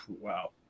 Wow